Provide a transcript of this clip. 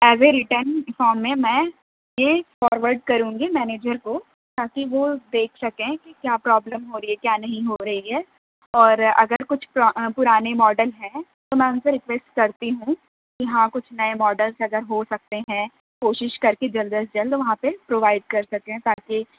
اووے written form میں میں یہ فارورڈ کروں گی منیجر کو تاکہ وہ دیکھ سکیں کہ کیا پرابلم ہو رہی ہے کیا نہیں ہو رہی ہے اور اگر کچھ پر پُرانے ماڈل ہیں تو میں اُن سے رکویسٹ کرتی ہوں کہ ہاں کچھ نئے ماڈلس اگر ہو سکتے ہیں کوشش کر کے جلد از جلد وہاں پہ پرووائڈ کر سکیں تاکہ